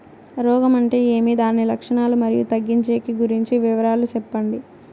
రోగం అంటే ఏమి దాని లక్షణాలు, మరియు తగ్గించేకి గురించి వివరాలు సెప్పండి?